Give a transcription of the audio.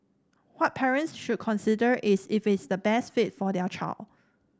what parents should consider is if it is the best fit for their child